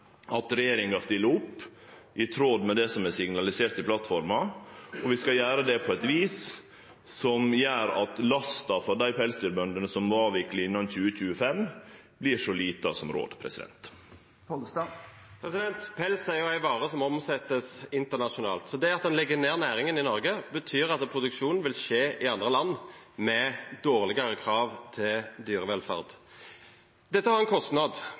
at regjeringa stiller opp i tråd med det som er signalisert i plattforma, og vi skal gjere det på eit slikt vis at lasta for pelsdyrbøndene, som må avvikle innan 2025, blir så lita som råd. Pels er ei vare som vert omsett internasjonalt. Det at ein legg ned næringa i Noreg, betyr at produksjonen vil skje i andre land med dårlegare krav til dyrevelferd. Dette har ein kostnad.